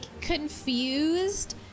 confused